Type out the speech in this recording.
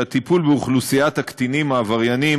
שהטיפול באוכלוסיית הקטינים העבריינים